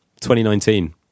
2019